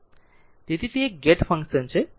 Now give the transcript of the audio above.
તેથી તે એક ગેટ ફંક્શન છે